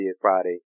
Friday